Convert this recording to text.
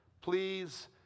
Please